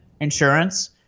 insurance